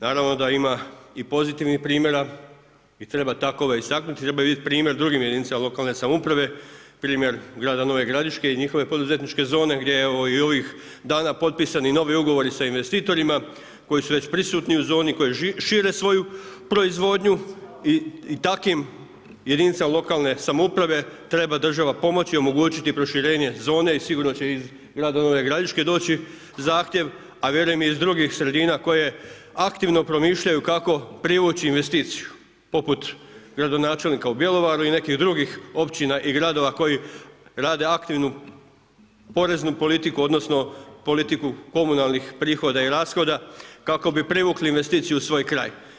Naravno da ima i pozitivnih primjera i treba takove istaknuti i treba biti primjer drugim jedinicama lokalne samouprave primjer grada Nove Gradiške i njihove poduzetničke zone gdje je evo i ovih dana potpisan i novi ugovor sa investitorima koji su već prisutni u zonu koji šire svoju proizvodnju i takvim jedinicama lokalne samouprave treba država pomoći i omogućiti proširenje zone i sigurno će iz grada Nove Gradiške doći zahtjev, a vjerujem i iz drugih sredina koje aktivno promišljaju kako privući investiciju poput gradonačelnika u Bjelovaru i nekih drugih općina i gradova koji rade aktivnu poreznu politiku odnosno politiku komunalnih prihoda i rashoda kako bi privukli investiciju u svoj kraj.